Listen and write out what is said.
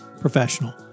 professional